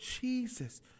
Jesus